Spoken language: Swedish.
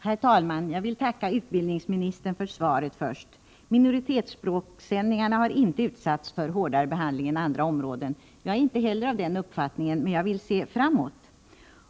Herr talman! Jag vill först tacka statrådet Göransson för svaret. Sändningarna på minoritetsspråk har inte utsatts för hårdare behandling än andra områden, säger statsrådet. Jag delar den uppfattningen, men jag vill se framåt.